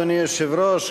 אדוני היושב-ראש,